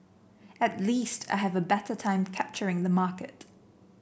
at least I have a better time capturing the market